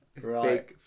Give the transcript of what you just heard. right